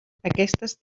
aquestes